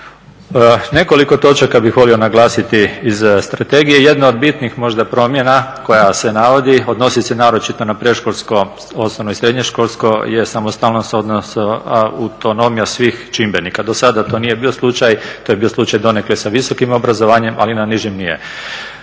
Nekoliko točaka bih volio naglasiti iz strategije. Jedna od bitnih možda promjena koja se navodi, odnosi se naročito na predškolsko, osnovno i srednjoškolsko je samostalnost odnosno autonomija svih čimbenika. Dosada to nije bio slučaj, to je bio slučaj donekle sa visokim obrazovanjem, ali na nižim nije.